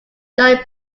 john